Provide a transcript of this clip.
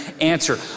answer